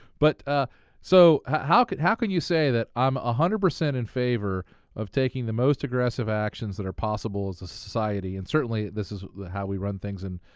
but ah so how can how can you say that i'm one ah hundred percent in favor of taking the most aggressive actions that are possible as a society and certainly, this is how we run things and